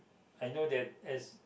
I know that is